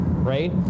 right